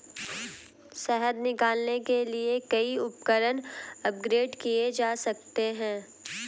शहद निकालने के लिए कई उपकरण अपग्रेड किए जा सकते हैं